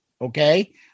Okay